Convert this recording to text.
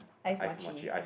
ice mochi